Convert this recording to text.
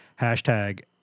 hashtag